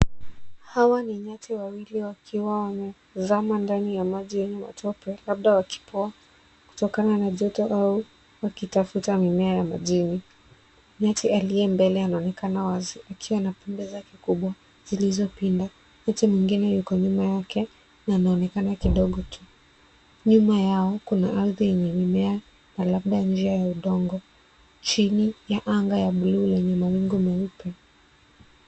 Hawa ni nyati wawili wakiwa wamezama ndani ya maji yenye matope labda wakipoa kutokana na joto au wakitafuta mimea majini. Nyati aliyembele anaonekana wazi akiwa na pembe zake kubwa zilizopinda. Nyati mwingine yuko nyuma yake na anonekana kidogo tu. Nyuma yao, kuna ardhi yenye mimea na labda njia ya udongo chini ya anga ya bluu yenye mawingu meupe.